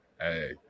hey